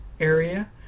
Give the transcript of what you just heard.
area